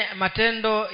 matendo